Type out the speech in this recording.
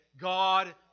God